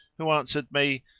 who answered me,